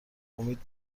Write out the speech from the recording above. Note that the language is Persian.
امید